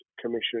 Commission